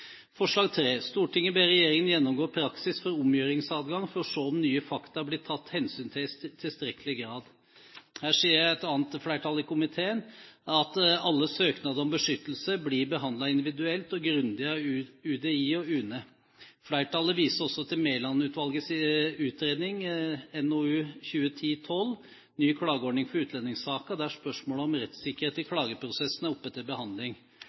forslag som gir amnesti til ulovlig innvandrede som ikke har rettet seg etter vedtaket om å returnere til hjemlandet. «Forslag 3: Stortinget ber regjeringen gjennomgå praksis for omgjøringsadgang for å se om nye fakta blir tatt hensyn til i tilstrekkelig grad» Her sier et annet flertall i komiteen at alle søknader om beskyttelse blir behandlet individuelt og grundig av UDI og UNE. Flertallet viser også til Mæland-utvalgets utredning NOU 2010: 12 Ny klageordning for utlendingssaker, der spørsmål om